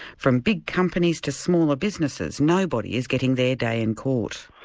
from big companies to smaller businesses, nobody is getting their day in court.